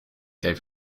gave